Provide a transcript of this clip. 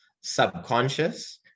subconscious